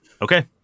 Okay